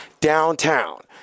downtown